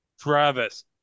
Travis